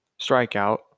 strikeout